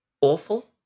awful